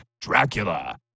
Dracula